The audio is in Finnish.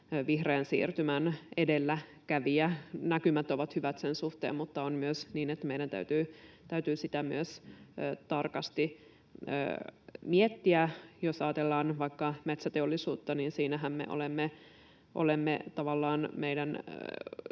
vihreän siirtymän edelläkävijä. Näkymät ovat hyvät sen suhteen, mutta on myös niin, että meidän täytyy sitä myös tarkasti miettiä. Jos ajatellaan vaikka metsäteollisuutta, niin siinähän tavallaan meidän